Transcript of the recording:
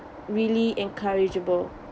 really encourageable